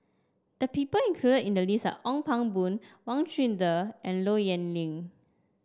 the people included in the list Ong Pang Boon Wang Chunde and Low Yen Ling